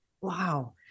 Wow